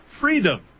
freedom